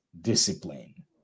discipline